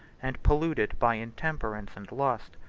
and polluted by intemperance and lust.